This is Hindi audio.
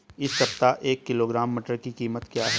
इस सप्ताह एक किलोग्राम मटर की कीमत क्या है?